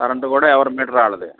current కూడా ఎవరి meter వాళ్ళదే